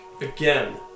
Again